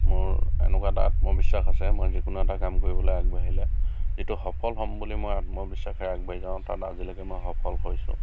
মোৰ এনেকুৱা এটা আত্মবিশ্বাস আছে মই যিকোনো কাম এটা কৰিবলৈ আগবাঢ়িলে যিটো সফল হ'ম বুলি মই আত্মবিশ্বাসেৰে আগবাঢ়ি যাওঁ তাত আজিলৈকে মই সফল হৈছোঁ